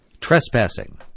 Trespassing